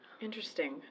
Interesting